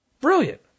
Brilliant